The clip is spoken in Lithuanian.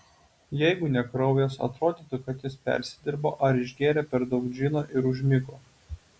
jeigu ne kraujas atrodytų kad jis persidirbo ar išgėrė per daug džino ir užmigo